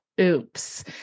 Oops